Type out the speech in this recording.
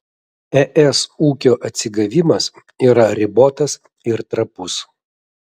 es ūkio atsigavimas yra ribotas ir trapus